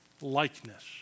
likeness